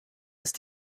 ist